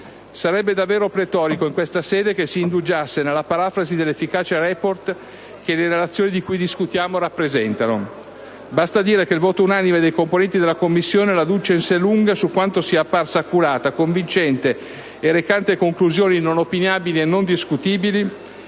Sarebbe davvero pletorico, in questa sede, che si indugiasse nella parafrasi dell'efficace *report* che le relazioni di cui discutiamo rappresentano. Basta dire che il voto unanime dei componenti della Commissione la dice in sé lunga su quanto sia apparsa accurata, convincente e recante conclusioni non opinabili e non discutibili,